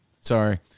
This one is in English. Sorry